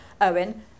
Owen